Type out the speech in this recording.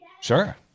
Sure